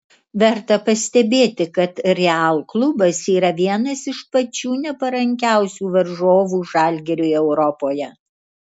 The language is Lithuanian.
verta pastebėti kad real klubas yra vienas iš pačių neparankiausių varžovų žalgiriui europoje